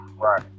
Right